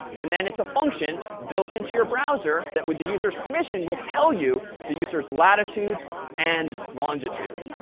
and then it's a function built into your browser that, with the user's permission, will tell you the user's latitude and longitude,